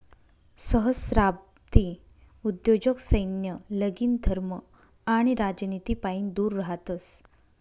सहस्त्राब्दी उद्योजक सैन्य, लगीन, धर्म आणि राजनितीपाईन दूर रहातस